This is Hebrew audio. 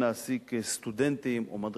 להעסיק סטודנטים או מדריכים,